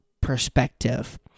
perspective